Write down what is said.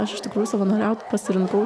aš iš tikrųjų savanoriaut pasirinkau